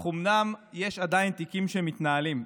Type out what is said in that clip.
אך אומנם יש עדיין תיקים שמתנהלים.